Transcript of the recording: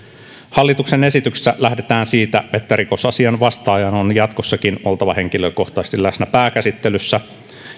hallituksen esityksessä lähdetään siitä että rikosasian vastaajan on jatkossakin oltava henkilökohtaisesti läsnä pääkäsittelyssä